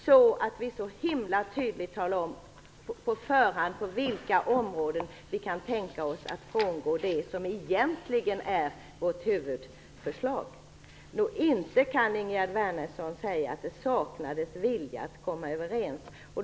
Vi har väldigt tydligt talat om på förhand på vilka områden vi kan tänka oss att frångå det som egentligen är vårt huvudförslag. Inte kan Ingegerd Wärnersson säga att det saknades vilja att komma överens.